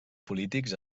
polítics